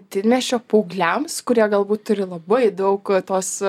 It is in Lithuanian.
didmiesčio paaugliams kurie galbūt turi labai daug tos